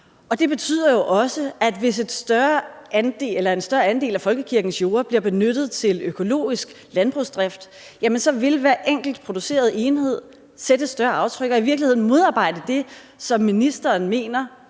enhed, hvis en større andel af folkekirkens jorder bliver benyttet til økologisk landbrugsdrift, så vil sætte et større aftryk og i virkeligheden modarbejde det, som ministeren –